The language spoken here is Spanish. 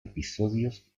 episodios